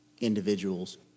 individuals